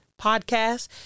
podcast